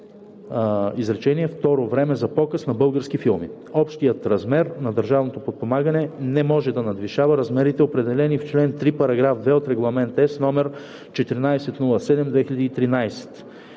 изречение второ време за показ на български филми. Общият размер на държавното подпомагане не може да надвишава размерите, определени в член 3, параграф 2 от Регламент (ЕС) № 1407/2013.“